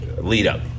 lead-up